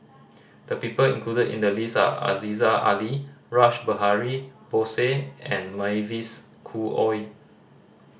the people included in the list are Aziza Ali Rash Behari Bose and Mavis Khoo Oei